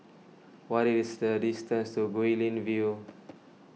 what is the distance to Guilin View